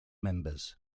members